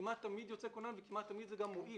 כמעט תמיד יוצא כונן, וכמעט תמיד זה גם מועיל.